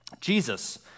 Jesus